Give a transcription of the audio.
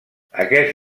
aquest